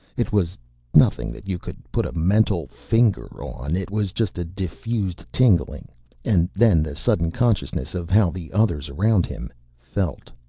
it was nothing that you could put a mental finger on. it was just a diffused tingling and then the sudden consciousness of how the others around him felt.